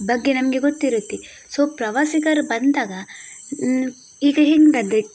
ಬಗ್ಗೆ ನಮಗೆ ಗೊತ್ತಿರುತ್ತೆ ಸೊ ಪ್ರವಾಸಿಗರು ಬಂದಾಗ ಈಗ ಹೆಂಗಂದರೆ